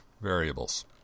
variables